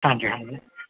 ہاں جی ہاں جی